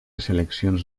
seleccions